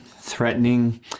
threatening